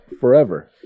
forever